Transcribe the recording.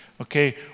Okay